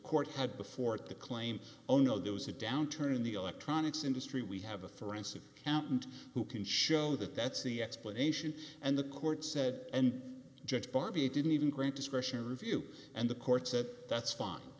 court had before it the claim oh no there was a downturn in the electronics industry we have a forensic accountant who can show that that's the explanation and the court said and judge barbie didn't even grant discretion review and the court said that's fine